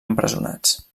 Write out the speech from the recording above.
empresonats